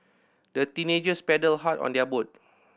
the teenagers paddled hard on their boat